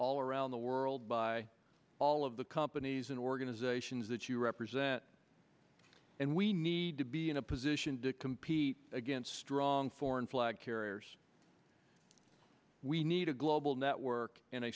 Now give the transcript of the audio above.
all around the world by all of the companies and organizations that you represent and we need to be in a position to compete against strong foreign flag carriers we need a global network and